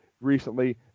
recently